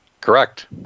Correct